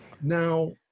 Now